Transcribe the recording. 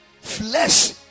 flesh